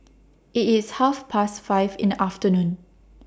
IT IS Half Past five in The afternoon